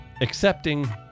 Accepting